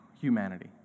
humanity